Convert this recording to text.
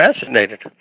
fascinated